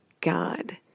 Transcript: God